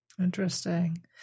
Interesting